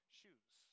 shoes